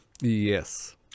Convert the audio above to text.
Yes